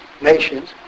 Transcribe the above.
nations